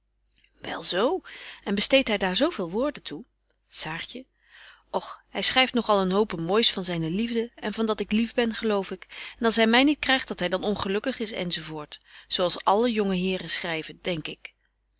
wel zo en besteedt hy daar zo veel woorden toe saartje och hy schryft nog al een hope moois van zyne liefde en van dat ik lief ben geloof ik en als hy my niet krygt dat hy dan ongelukkig is enz zo als alle jonge heren schryven denk ik